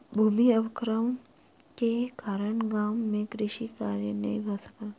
भूमि अवक्रमण के कारण गाम मे कृषि कार्य नै भ सकल